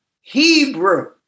Hebrew